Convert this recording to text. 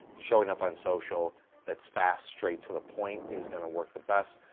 showing up on social that's fast, straight to the point is going to work the best.